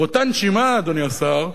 באותה נשימה, אדוני השר,